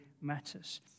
matters